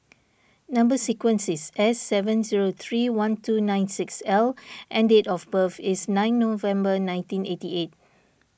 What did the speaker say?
Number Sequence is S seven zero three one two nine six L and date of birth is nine November nineteen eighty eight